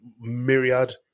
myriad